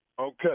Okay